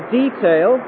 detail